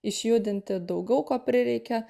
išjudinti daugiau ko prireikia